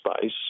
space